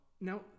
Now